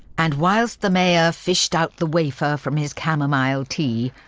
and whilst the mayor fished out the wafer from his camomile tea,